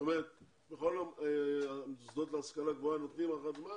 זאת אומרת בכל המוסדות להשכלה גבוהה נותנים הארכת זמן